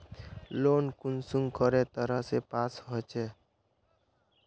Loan कुंसम करे तरह से पास होचए?